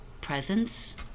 presence